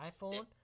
iPhone